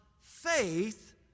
faith